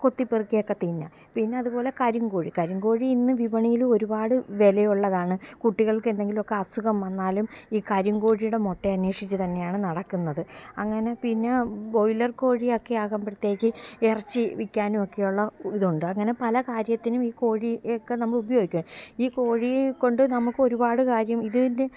കൊത്തിപെറുക്കിയൊക്കെ തിന്നാം പിന്നതുപോലെ കരിങ്കോഴി കരിങ്കോഴി ഇന്നു വിപണിയിൽ ഒരുപാട് വിലയുള്ളതാണ് കുട്ടികള്ക്കെന്തെങ്കിലുമൊക്കെ അസുഖം വന്നാലും ഈ കരിങ്കോഴിയുടെ മുട്ട അന്വേഷിച്ചു തന്നെയാണ് നടക്കുന്നത് അങ്ങനെ പിന്നെ ബ്രോയിലര് കോഴിയൊക്കെ ആകുമ്പോഴത്തേക്ക് ഇറച്ചി വിൽക്കാനും ഒക്കെ ഉള്ള ഇതുണ്ട് അങ്ങനെ പല കാര്യത്തിനും ഈ കോഴിയൊക്കെ നമ്മളുപയോഗിക്കും ഈ കോഴിയേക്കൊണ്ട് നമുക്കൊരുപാട് കാര്യം ഇതിന്